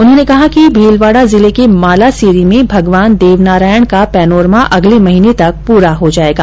उन्होंने कहा कि भीलवाड़ा जिले के मालासेरी में भगवान देवनारायण का पेनोरमा अगले महीने तक प्ररा हो जाएगा